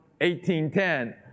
18.10